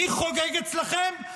מי חוגג אצלכם?